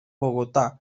bogotá